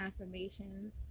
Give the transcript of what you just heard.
affirmations